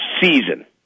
season